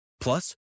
Plus